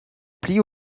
plie